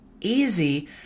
easy